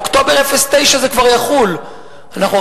אוקטובר 2009. זה כבר יחול עכשיו,